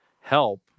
help